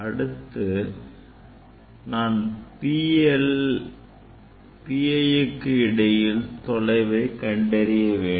அடுத்து நான் PI க்கு இடையிலான தொலைவை கண்டறிய வேண்டும்